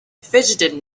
fidgeted